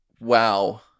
Wow